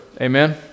Amen